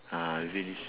ah if it is